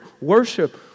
worship